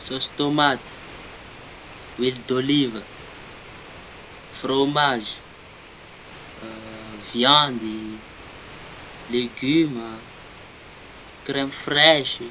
Sôsy tômaty, hoily dôliva, Fromazy, viandy, legioma, kraimy fresy.